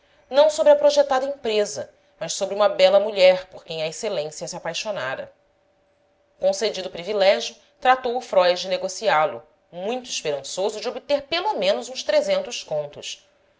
não sobre a projetada empresa mas sobre uma bela mulher por quem a excelência se apaixonara concedido o privilégio tratou o fróis de negociá lo muito esperançoso de obter pelo menos uns trezentos contos